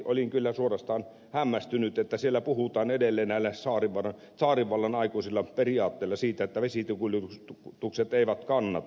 olin kyllä suorastaan hämmästynyt että siellä puhutaan edelleen näillä tsaarinvallan aikuisilla periaatteilla siitä että vesitiekuljetukset eivät kannata